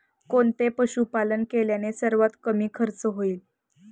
कोणते पशुपालन केल्याने सर्वात कमी खर्च होईल?